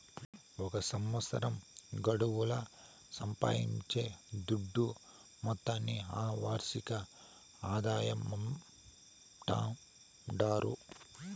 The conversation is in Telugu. ఒక సంవత్సరం గడువుల సంపాయించే దుడ్డు మొత్తాన్ని ఆ వార్షిక ఆదాయమంటాండారు